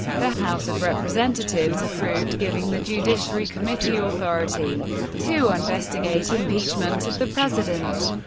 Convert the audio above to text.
the house of representatives approved giving the judiciary committee authority to investigate impeachment of the president.